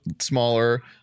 smaller